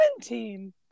Seventeen